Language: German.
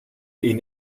ihnen